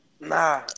Nah